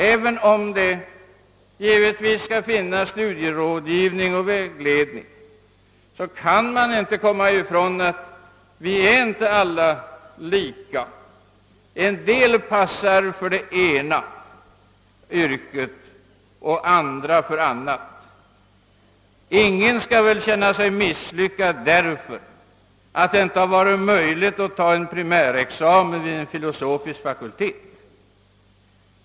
Även om det givetvis skall finnas studierådgivning och vägledning, kan man inte komma ifrån att vi inte alla är lika. En del passar för det ena yrket och andra för annat. Ingen skall väl känna sig misslyckad därför att det inte har varit möjligt för honom att ta en primärexamen vid en filosofisk fakultet.